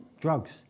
drugs